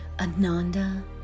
Ananda